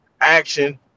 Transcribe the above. action